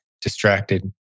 distracted